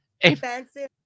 expensive